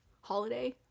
holiday